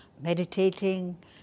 meditating